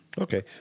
Okay